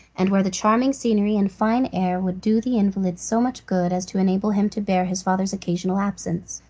and where the charming scenery and fine air would do the invalid so much good as to enable him to bear his father's occasional absence.